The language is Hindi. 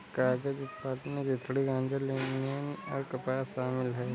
कागज उत्पादन में चिथड़े गांजा लिनेन और कपास शामिल है